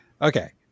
Okay